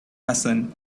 hassan